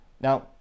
Now